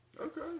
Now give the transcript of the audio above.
Okay